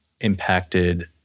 impacted